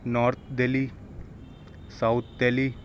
north Delhi south Delhi